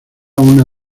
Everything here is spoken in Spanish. una